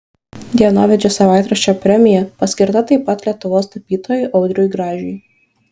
dienovidžio savaitraščio premija paskirta taip pat lietuvos tapytojui audriui gražiui